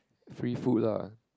free food lah